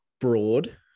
Broad